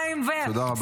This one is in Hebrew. מים -- תודה רבה.